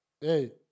hey